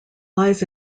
lies